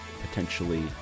potentially